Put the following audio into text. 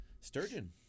sturgeon